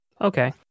Okay